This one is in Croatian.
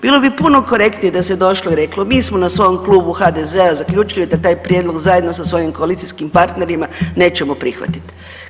Bilo bi puno korektnije da se došlo i reklo mi smo na svom Klubu HDZ-a zaključili da taj prijedlog zajedno sa svojim koalicijskim partnerima nećemo prihvatiti.